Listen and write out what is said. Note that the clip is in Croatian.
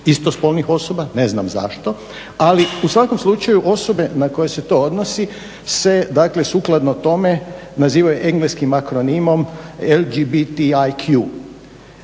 istospolnih osoba, ne znam zašto, ali u svakom slučaju osobe na koje se to odnosi se, dakle sukladno tome nazivaju engleskim akronimom, LGBTIQ.